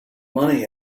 money